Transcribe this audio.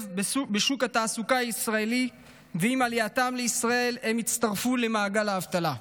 בשוק התעסוקה הישראלי ושעם עלייתם לישראל הם יצטרפו למעגל האבטלה.